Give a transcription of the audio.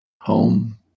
home